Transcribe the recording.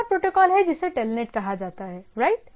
एक और प्रोटोकॉल है जिसे टेलनेट कहा जाता है राइट